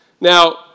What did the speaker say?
Now